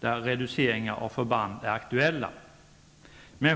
där reduceringar av förband är aktuella.